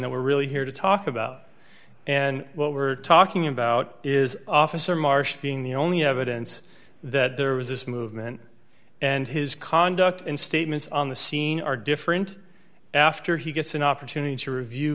that we're really here to talk about and what we're talking about is officer marsh being the only evidence that there was this movement and his conduct in statements on the scene are different after he gets an opportunity to review